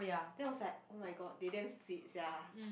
then I was like oh-my-god they damn sweet sia